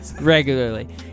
regularly